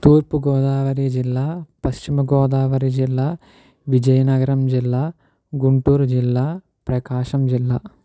తూర్పు గోదావరి జిల్లా పశ్చిమ గోదావరి జిల్లా విజయనగరం జిల్లా గుంటూరు జిల్లా ప్రకాశం జిల్లా